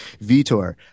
Vitor